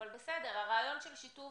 אבל בסדר, הרעיון של שיתוף